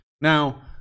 Now